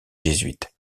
jésuites